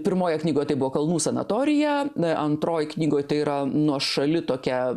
pirmoje knygoje tai buvo kalnų sanatorija antroj knygojtai yra nuošali tokia